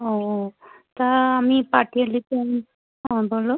ও তা আমি পাটিয়ালি প্যান্ট হ্যাঁ বলো